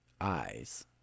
eyes